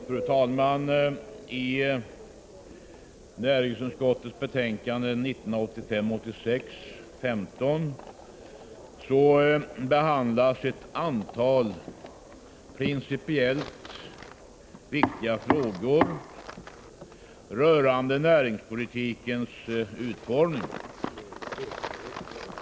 Fru talman! I näringsutskottets betänkande 1985/86:15 behandlas ett antal principiellt viktiga frågor rörande näringspolitikens utformning.